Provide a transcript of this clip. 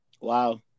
Wow